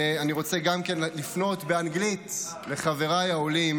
וגם אני רוצה לפנות באנגלית לחבריי העולים